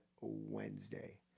Wednesday